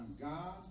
God